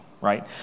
right